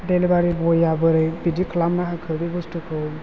delivery बय आ बोरै बिदि खालामनो हाखो बे बस्थुखौ